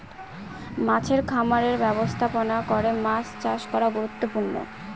মাছের খামারের ব্যবস্থাপনা করে মাছ চাষ করা গুরুত্বপূর্ণ